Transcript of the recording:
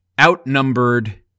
outnumbered